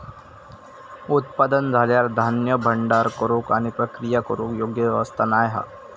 उत्पादन झाल्यार धान्य भांडार करूक आणि प्रक्रिया करूक योग्य व्यवस्था नाय हा